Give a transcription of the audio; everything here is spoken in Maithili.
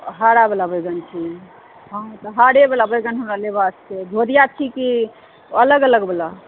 हरा वाला बैगन छी तऽ हरे वला बैगन हमरा लेबाक छै दुधिआ छी कि अलग अलग वला